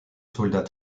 soldat